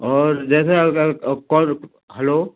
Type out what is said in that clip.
और जैसे अब अब अब कोर हैलो